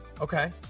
Okay